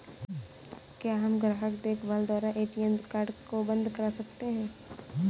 क्या हम ग्राहक देखभाल द्वारा ए.टी.एम कार्ड को बंद करा सकते हैं?